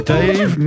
Dave